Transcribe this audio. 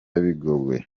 bigogwe